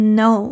no